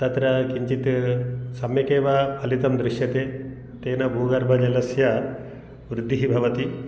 तत्र किञ्चित् सम्यकेव फलितं दृश्यते तेन भूगर्भजलस्य वृद्धिः भवति